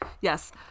Yes